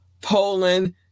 Poland